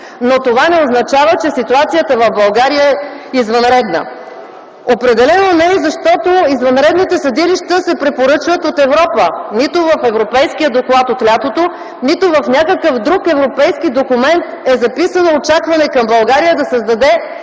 Това не означава, че ситуацията в България е извънредна. Определено не е, защото извънредните съдилища се препоръчват от Европа – нито в европейския доклад от лятото, нито в някакъв друг европейски документ е записано очакване към България да създаде